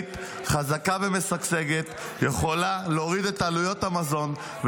ישראלית חזקה ומשגשגת יכולה להוריד את עלויות המזון,